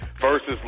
versus